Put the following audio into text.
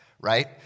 right